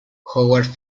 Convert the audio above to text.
howard